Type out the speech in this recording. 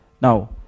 Now